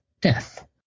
death